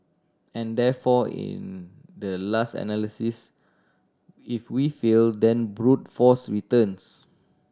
and therefore in the last analysis if we fail then brute force returns